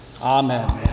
Amen